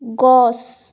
গছ